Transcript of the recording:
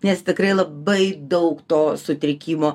nes tikrai labai daug to sutrikimo